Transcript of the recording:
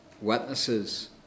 witnesses